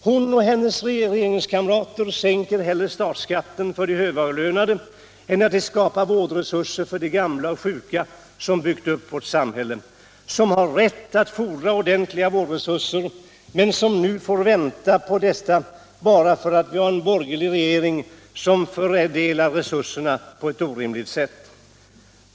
Hon och hennes regeringskamrater sänker hellre statsskatten för de högavlönade än att skapa vårdresurser för de gamla och sjuka som byggt upp vårt samhälle, som har rätt att fordra ordentliga vårdresurser, men som nu får vänta på dessa — bara för att vi fått en borgerlig regering som fördelar resurserna på ett orimligt sätt.